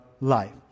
life